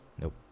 Nope